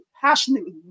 passionately